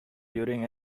during